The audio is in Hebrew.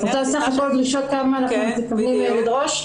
את רוצה בסך הכל דרישות כמה אנחנו מבקשים לדרוש?